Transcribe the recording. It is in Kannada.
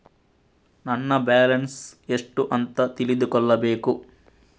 ನನ್ನ ಬ್ಯಾಲೆನ್ಸ್ ಎಷ್ಟು ಅಂತ ತಿಳಿದುಕೊಳ್ಳಬೇಕು?